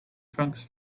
trunks